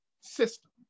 system